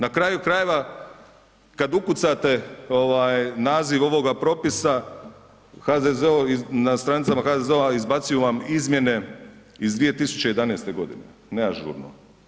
Na kraju krajeva, kad ukucate ovaj naziv ovoga propisa HZZO, na stranicama HZZO-a izbacuju vam izmjene iz 2011. godine, neažurno.